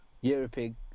European